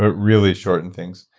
really shortened things.